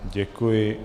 Děkuji.